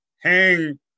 hang